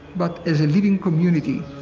but as a living community